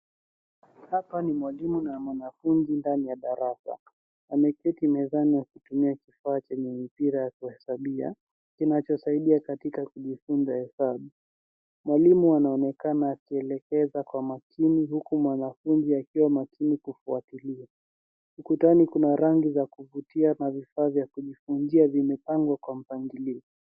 Hapa ni mwalimu na mwanafunzi ndani ya darasa. Wameketi mezani wakitumia kifaa chenye mipira ya kuhesabia kinachosaidia katika kujifunza hesabu. Mwalimu anaonekana akielekeza kwa makini huku mwanafunzi akiwa makini kufuatilia. Ukutani kuna rangi za kuvutia na vifaa vya kujifunzia vimepangwa kwa mpangilio.